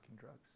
drugs